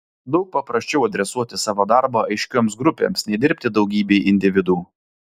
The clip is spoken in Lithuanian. daug paprasčiau adresuoti savo darbą aiškioms grupėms nei dirbti daugybei individų